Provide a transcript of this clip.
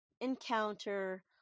encounter